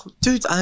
Dude